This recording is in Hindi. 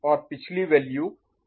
और पिछली वैल्यू 1 और 0 थी